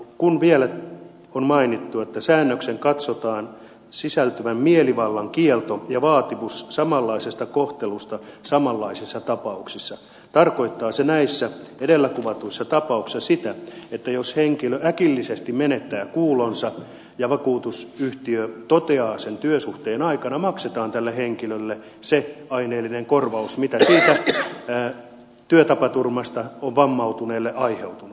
kun vielä on mainittu että säännökseen katsotaan sisältyvän mielivallan kielto ja vaatimus samanlaisesta kohtelusta samanlaisissa tapauksissa tarkoittaa se näissä edellä kuvatuissa tapauksissa sitä että jos henkilö äkillisesti menettää kuulonsa ja vakuutusyhtiö toteaa sen työsuhteen aikana maksetaan tälle henkilölle se aineellinen korvaus mitä siitä työtapaturmasta on vammautuneelle aiheutunut